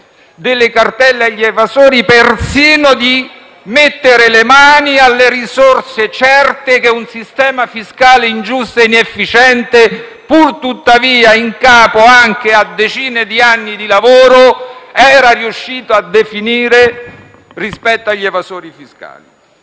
delle cartelle agli evasori, persino mettere le mani alle risorse certe che un sistema fiscale ingiusto e inefficiente, pur tuttavia in capo anche a decine di anni di lavoro, era riuscito a definire rispetto agli evasori fiscali.